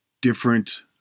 different